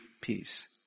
peace